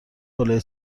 بالای